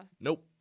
Nope